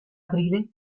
aprile